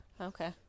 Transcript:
okay